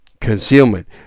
Concealment